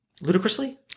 Ludicrously